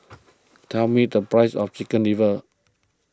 tell me the price of Chicken Liver